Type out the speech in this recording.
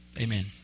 amen